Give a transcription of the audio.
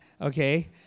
okay